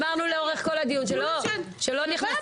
אמרנו לאורך כל הדיון שלא נכנסים -- כן,